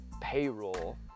payroll